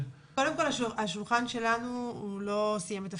קודם כל, השולחן שלנו לא סיים את תפקידו.